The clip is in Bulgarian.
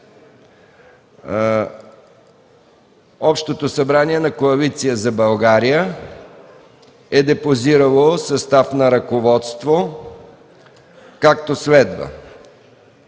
Общото събрание на Коалиция за България е депозирало състав на ръководството, както следва: